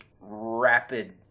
rapid